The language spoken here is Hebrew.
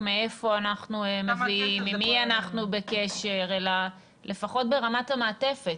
מהיכן אנחנו מביאים ועם מי אנחנו בקשר אלא לפחות ברמת המעטפת